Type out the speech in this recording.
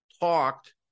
talked